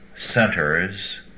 Centers